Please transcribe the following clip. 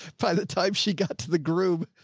by the time she got to the group,